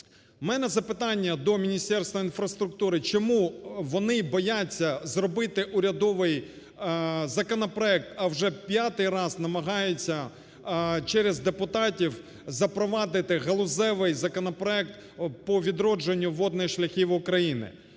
В мене запитання до Міністерства інфраструктури, чому вони бояться зробити урядовий законопроект, а вже п'ятий раз намагаються через депутатів запровадити галузевий законопроект по відродженню водних шляхів України?